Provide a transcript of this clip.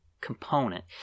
component